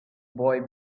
boy